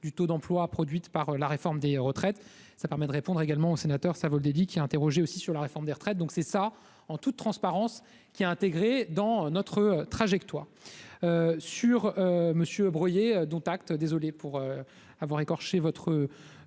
du taux d'emploi produite par la réforme des retraites, ça permet de répondre également aux sénateurs, ça vole des qui a interrogé aussi sur la réforme des retraites, donc c'est ça, en toute transparence, qui a intégré dans notre trajectoire